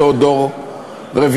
אותו דור רביעי,